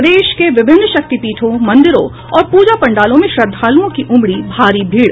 प्रदेश के विभिन्न शक्तिपीठों मंदिरों और प्रजा पंडालों में श्रद्धालुओं की उमड़ी भारी भीड़